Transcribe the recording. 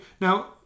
Now